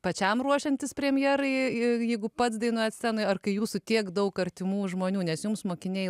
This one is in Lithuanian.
pačiam ruošiantis premjerai jeigu pats dainuojat scenoj ar kai jūsų tiek daug artimų žmonių nes jums mokiniai